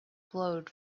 glowed